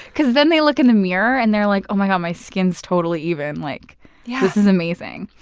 cause then they look in the mirror, and they're like, oh my god, my skin's totally even. like yeah this is amazing.